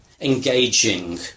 engaging